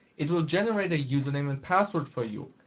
it will generate a username and password for you.